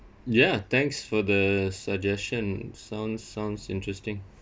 ya thanks for the suggestion sounds sounds interesting